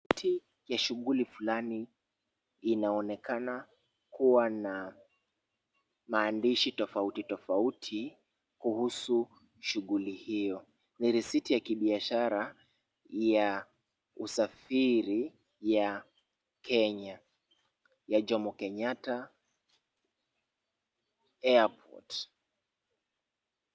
Risiti ya shughuli fulani inaonekana kuwa na maandishi tofauti tofauti kuhusu shughuli hiyo, ni risiti ya kibiashara ya usafiri ya Kenya ya Jomo Kenyatta Airport.